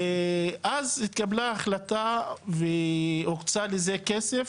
ואז התקבלה ההחלטה והוקצה לזה כסף,